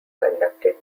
conducted